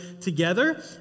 together